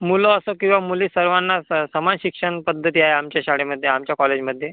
मुलं असो किंवा मुली सर्वांना स समान शिक्षणपद्धती आहे आमच्या शाळेमध्ये आमच्या कॉलेजमध्ये